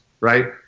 right